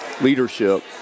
leadership